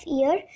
ear